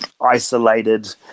isolated –